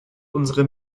unsere